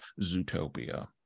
Zootopia